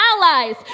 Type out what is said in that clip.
allies